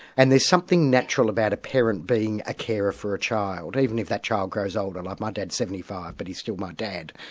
and there's something natural about a parent being a carer for a child, even as that child grows older like my dad's seventy five but he's still my dad,